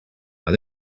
are